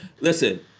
Listen